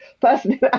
person